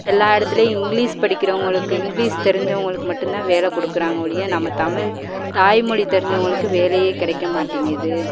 எல்லா இடத்துலையும் இங்கிலீஸ் படிக்கிறவங்களுக்கு இங்கிலீஸ் தெரிஞ்சவங்களுக்கு மட்டும் தான் வேலை கொடுக்குறாங்க ஒழிய நம்ம தமிழ் தாய் மொழி தெரிஞ்சவங்களுக்கு வேலையே கிடைக்கமாட்டிங்குது